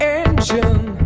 engine